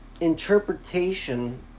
interpretation